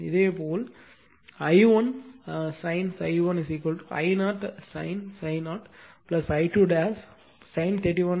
இதேபோல் I1 sin ∅ 1 I0 sin ∅ 0 I2 sin 31